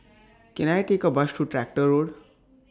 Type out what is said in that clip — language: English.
Can I Take A Bus to Tractor Road